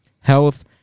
health